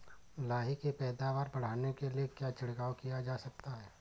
लाही की पैदावार बढ़ाने के लिए क्या छिड़काव किया जा सकता है?